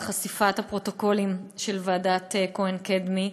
על חשיפת הפרוטוקולים של ועדת כהן-קדמי,